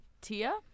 Tia